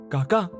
Kaka